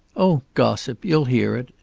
oh, gossip. you'll hear it.